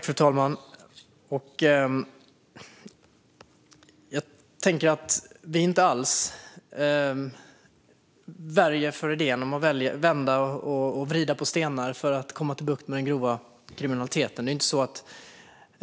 Fru talman! Vi väjer inte för idén att vända och vrida på stenar för att få bukt med den grova kriminaliteten.